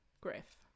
Griff